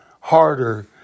harder